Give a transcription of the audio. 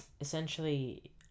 essentially